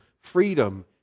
freedom